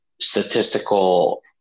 statistical